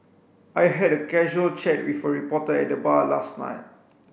I had a casual chat with a reporter at the bar last night